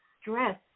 stress